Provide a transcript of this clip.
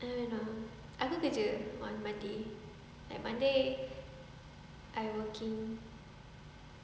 I don't know aku kerja on monday like monday I working